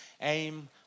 Aim